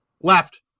left